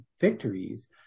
victories